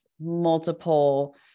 multiple